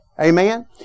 Amen